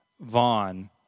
Vaughn